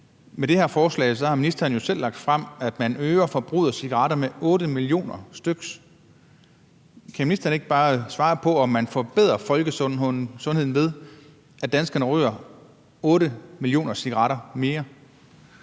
med det her forslag har ministeren jo selv lagt frem, at man øger forbruget af cigaretter med 8 millioner styks. Kan ministeren ikke bare svare på, om man forbedrer folkesundheden, ved at danskerne ryger 8 millioner cigaretter mere?